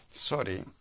Sorry